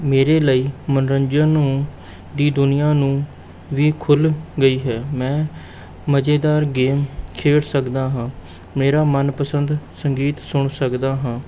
ਮੇਰੇ ਲਈ ਮੰਨੋਰੰਜਨ ਨੂੰ ਦੀ ਦੁਨੀਆਂ ਨੂੰ ਵੀ ਖੁੱਲ੍ਹ ਗਈ ਹੈ ਮੈਂ ਮਜ਼ੇਦਾਰ ਗੇਮ ਖੇਡ ਸਕਦਾ ਹਾਂ ਮੇਰਾ ਮਨ ਪਸੰਦ ਸੰਗੀਤ ਸੁਣ ਸਕਦਾ ਹਾਂ